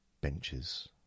benches